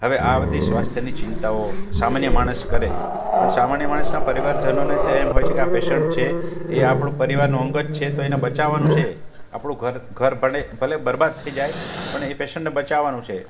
હવે આ બધી સ્વાસ્થ્યની ચિંતાઓ સામાન્ય માણસ કરે પણ સામાન્ય માણસના પરિવારજનોને તો એમ હોય છે કે આ પેશન્ટ છે એ આપણા પરિવારનો અંગ જ છે તો એને બચાવાનું છે આપણું ઘર ઘર ભલે બરબાદ થઈ જાય પણ એ પેશન્ટને બચાવવાનું છે